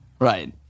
right